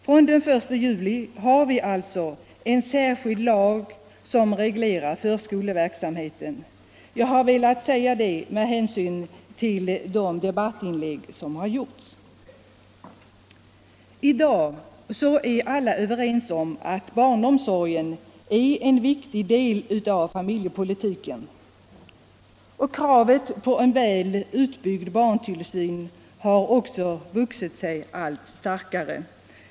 Från den 1 juli har vi alltså en särskild lag som reglerar förskoleverksamheten; jag vill framhålla det med anledning av de debattinlägg som gjorts. I dag är alla överens om att barnomsorgen är en viktig del av familjepolitiken. Kravet på en väl utbyggd barntillsyn har också vuxit sig allt starkare.